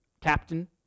Captain